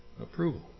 approval